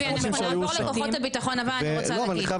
צבי אנחנו נעבור לכוחות הביטחון אבל אני רוצה להגיד.